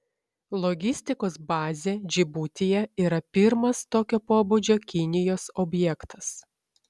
logistikos bazė džibutyje yra pirmas tokio pobūdžio kinijos objektas